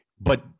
but-